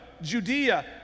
Judea